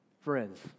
Friends